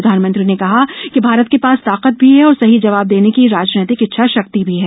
प्रधानमंत्री ने कहा कि भारत के पास ताकत भी है और सही जवाब देने की राजनीतिक इच्छाशक्ति भी है